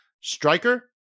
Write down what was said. Striker